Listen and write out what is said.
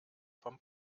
vom